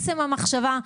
עצם המחשבה,